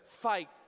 fight